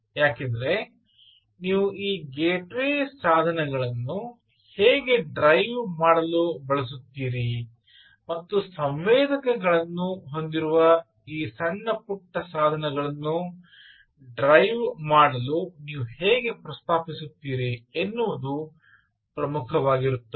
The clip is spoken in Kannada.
ಏಕೆಂದರೆ ನೀವು ಈ ಗೇಟ್ವೇ ಸಾಧನಗಳನ್ನು ಹೇಗೆ ಡ್ರೈವ್ ಮಾಡಲು ಬಯಸುತ್ತೀರಿ ಮತ್ತು ಸಂವೇದಕಗಳನ್ನು ಹೊಂದಿರುವ ಈ ಸಣ್ಣ ಪುಟ್ಟ ಸಾಧನಗಳನ್ನು ಡ್ರೈವ್ ಮಾಡಲು ನೀವು ಹೇಗೆ ಪ್ರಸ್ತಾಪಿಸುತ್ತೀರಿ ಎನ್ನುವುದು ಪ್ರಮುಖವಾಗಿರುತ್ತದೆ